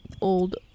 old